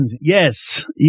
yes